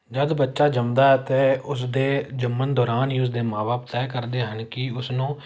ਜਦ ਬੱਚਾ ਜੰਮਦਾ ਹੈ ਅਤੇ ਉਸਦੇ ਜੰਮਣ ਦੌਰਾਨ ਹੀ ਉਸ ਦੇ ਮਾਂ ਬਾਪ ਤੈਅ ਕਰਦੇ ਹਨ ਕਿ ਉਸਨੂੰ